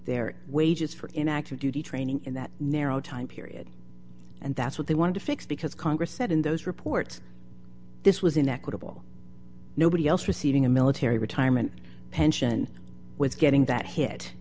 their wages for in active duty training in that narrow time period and that's what they wanted to fix because congress said in those reports this was inequitable nobody else receiving a military retirement pension was getting that hit